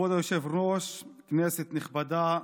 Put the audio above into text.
כבוד היושב-ראש, כנסת נכבדה,